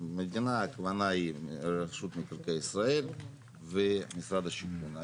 המדינה הכוונה היא רשות מקרקעי ישראל ומשרד השיכון.